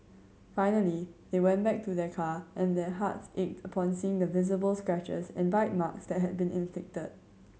finally they went back to their car and their hearts ached upon seeing the visible scratches and bite marks that had been inflicted